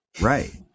Right